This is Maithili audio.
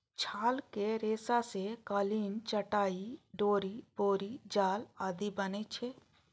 छालक रेशा सं कालीन, चटाइ, डोरि, बोरी जाल आदि बनै छै